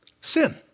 Sin